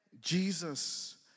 Jesus